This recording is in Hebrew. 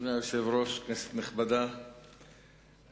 אדוני היושב-ראש, כנסת נכבדה,